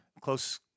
close